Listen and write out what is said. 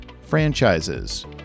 franchises